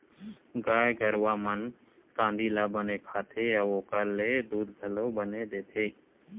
गाय गरूवा मन कांदी ल बने खाथे अउ ओखर ले दूद घलो बने देथे